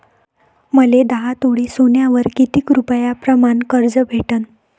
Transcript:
मले दहा तोळे सोन्यावर कितीक रुपया प्रमाण कर्ज भेटन?